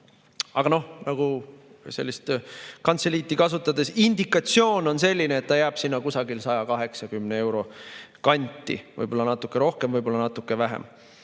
noh, nagu sellist kantseliiti kasutades, indikatsioon on selline, et ta jääb sinna 180 euro kanti, võib-olla natuke rohkem, võib-olla natuke vähem.